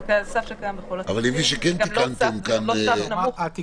זה סף שקיים בכל התחומים, גם לא סף נמוך.